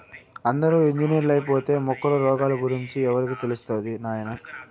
అందరూ ఇంజనీర్లైపోతే మొక్కల రోగాల గురించి ఎవరికి తెలుస్తది నాయనా